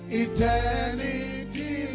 eternity